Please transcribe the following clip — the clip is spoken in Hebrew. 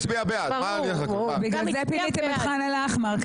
בגלל זה פיניתם את חאן אל אחמר.